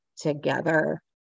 together